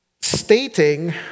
stating